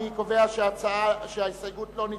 אני קובע שההסתייגות לא נתקבלה.